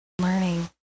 Learning